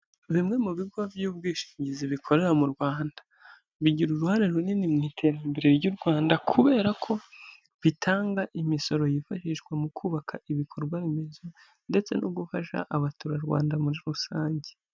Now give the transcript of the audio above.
Bimwe mu bigo by'ubwishingizi bikorera mu Rwanda, bigira uruhare runini mu iterambere ry'u Rwanda, kubera ko bitanga imisoro yifashishwa mu kubaka ibikorwaremezo, ndetse no gufasha abaturarwanda muri rusange.